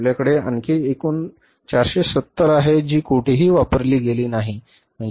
आपल्याकडे आणखी रक्कम 470 आहे जी कुठेही वापरली गेली नाही